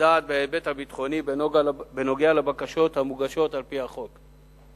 הדעת בהיבט הביטחוני בכל הקשור לבקשות המוגשות על-פי החוק.